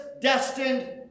destined